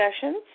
sessions